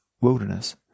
wilderness